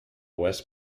west